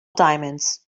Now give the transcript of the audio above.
diamonds